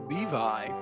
Levi